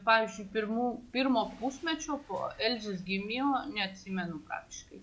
pavyzdžiui pirmų pirmo pusmečio po elzės gimimo neatsimenu praktiškai